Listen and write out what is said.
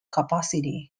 capacity